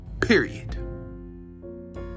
Period